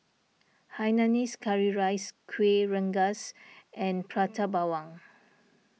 Hainanese Curry Rice Kueh Rengas and Prata Bawang